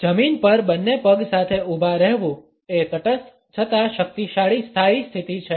જમીન પર બંને પગ સાથે ઊભા રહેવું એ તટસ્થ છતાં શક્તિશાળી સ્થાયી સ્થિતિ છે